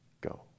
go